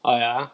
orh ya